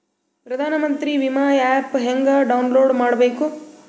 ಪ್ರಧಾನಮಂತ್ರಿ ವಿಮಾ ಆ್ಯಪ್ ಹೆಂಗ ಡೌನ್ಲೋಡ್ ಮಾಡಬೇಕು?